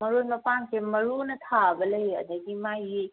ꯃꯔꯣꯏ ꯃꯄꯥꯡꯁꯦ ꯃꯔꯨꯅ ꯊꯥꯕ ꯂꯩ ꯑꯗꯒꯤ ꯃꯥꯒꯤ